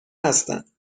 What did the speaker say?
هستند